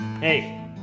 Hey